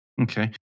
Okay